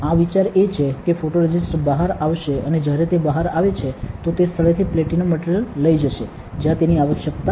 આ વિચાર એ છે કે ફોટોરેઝિસ્ટ બહાર આવશે અને જ્યારે તે બહાર આવે છે તો તે સ્થળેથી પ્લેટિનમ મટિરિયલ લઈ જશે જ્યાં તેની આવશ્યકતા નથી